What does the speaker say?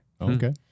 Okay